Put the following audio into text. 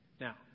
Now